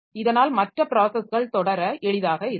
இதனால் மற்ற ப்ராஸஸ்கள் தொடர எளிதாக இருக்கும்